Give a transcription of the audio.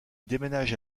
déménage